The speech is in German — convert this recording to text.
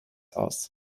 aus